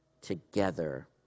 together